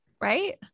Right